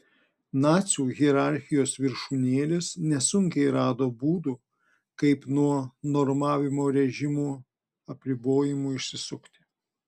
nacių hierarchijos viršūnėlės nesunkiai rado būdų kaip nuo normavimo režimo apribojimų išsisukti